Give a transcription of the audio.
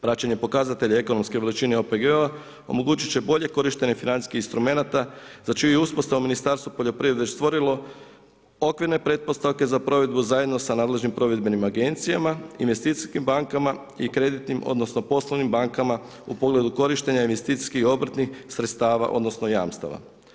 Praćenje pokazatelja ekonomske veličine OPG-ova omogućit će bolje korištenje financijskih instrumenata za čiju uspostavu Ministarstvo poljoprivrede je stvorilo okvire pretpostavke za provedbu zajedno sa nadležnim provedbenim agencijama, investicijskim bankama i kreditnim odnosno poslovnim bankama u pogledu korištenja investicijskih obrtnih sredstava odnosno jamstava.